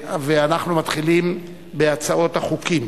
אנחנו מתחילים בהצעות החוק.